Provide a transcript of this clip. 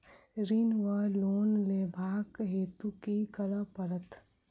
ऋण वा लोन लेबाक हेतु की करऽ पड़त?